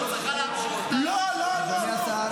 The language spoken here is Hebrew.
הרשות צריכה להמשיך את --- אדוני השר,